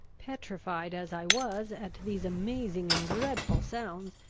petrified as i was at these amazing and dreadful sounds,